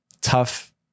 Tough